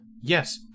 Yes